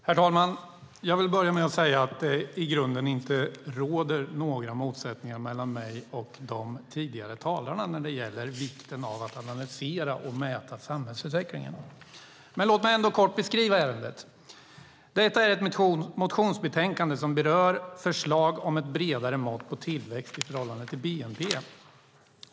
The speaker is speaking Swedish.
Herr talman! Jag vill börja med att säga att det i grunden inte råder några motsättningar mellan mig och de tidigare talarna när det gäller vikten av att analysera och mäta samhällsutvecklingen. Men låt mig ändå kort beskriva ärendet. Detta är ett motionsbetänkande som berör förslag om ett bredare mått på tillväxt i förhållande till bnp.